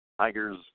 Tigers